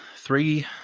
three